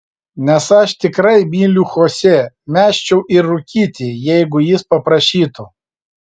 nes aš tikrai myliu chosė mesčiau ir rūkyti jeigu jis paprašytų